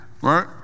right